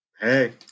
hey